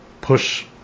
push